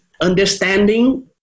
understanding